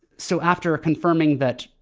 so after confirming that,